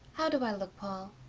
how do i look, paul?